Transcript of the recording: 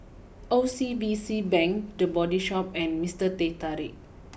O C B C Bank the Body Shop and Minster Teh Tarik